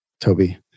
Toby